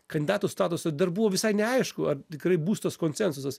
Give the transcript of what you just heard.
kandidato statusą dar buvo visai neaišku ar tikrai bus tas konsensusas